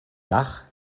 dach